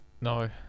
No